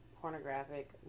pornographic